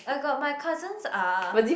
I got my cousins uh